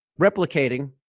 replicating